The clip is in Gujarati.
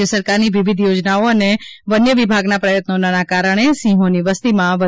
રાજ્ય સરકારની વિવિધ યોજનાઓ અને વન્ય વિભાગના પ્રયત્નોના કારણે સિંહોની વસ્તીમાં વધારો થયો છે